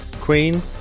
Queen